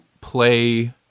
play